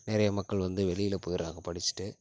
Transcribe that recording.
நிறைய மக்கள் வந்து வெளியில போயிடுறாங்க படிச்சிவிட்டு